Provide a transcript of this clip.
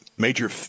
major